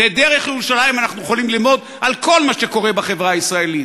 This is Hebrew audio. ודרך ירושלים אנחנו יכולים ללמוד על כל מה שקורה בחברה הישראלית.